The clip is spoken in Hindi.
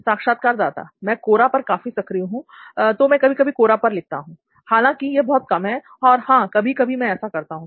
साक्षात्कारदाता मैं कोरा पर काफी सक्रिय हूं तो मैं कभी कभी कोरा पर लिखता हूं हालांकि यह बहुत कम है पर हां कभी कभी मैं ऐसा करता हूं